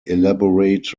elaborate